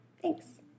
thanks